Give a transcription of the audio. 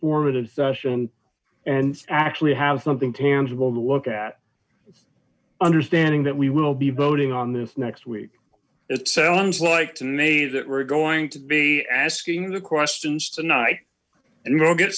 informative session and actually have something tangible to look at understanding that we will be voting on this next week it sounds like to me that we're going to be asking the questions tonight and we will get